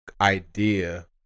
idea